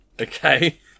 Okay